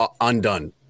undone